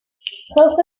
rhowch